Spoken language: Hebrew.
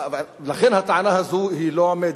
לכן הטענה הזו לא עומדת,